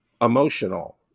emotional